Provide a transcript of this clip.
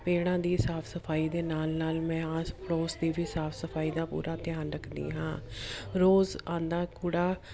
ਪੇੜਾਂ ਦੀ ਸਾਫ ਸਫਾਈ ਦੇ ਨਾਲ ਨਾਲ ਮੈਂ ਆਸ ਪੜੋਸ ਦੀ ਵੀ ਸਾਫ ਸਫਾਈ ਦਾ ਪੂਰਾ ਧਿਆਨ ਰੱਖਦੀ ਹਾਂ ਰੋਜ਼ ਆਉਂਦਾ ਕੂੜਾ